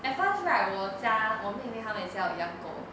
at first like 我家我妹妹他们也是要养狗